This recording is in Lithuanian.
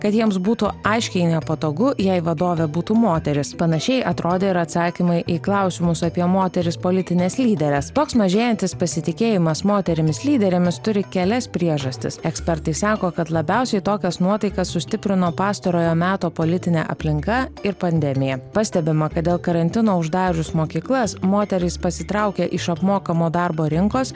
kad jiems būtų aiškiai nepatogu jei vadovė būtų moteris panašiai atrodė ir atsakymai į klausimus apie moteris politines lyderes toks mažėjantis pasitikėjimas moterimis lyderėmis turi kelias priežastis ekspertai sako kad labiausiai tokias nuotaikas sustiprino pastarojo meto politinė aplinka ir pandemija pastebima kad dėl karantino uždarius mokyklas moterys pasitraukė iš apmokamo darbo rinkos